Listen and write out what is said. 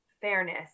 fairness